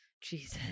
Jesus